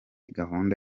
gahunda